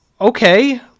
okay